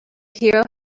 hero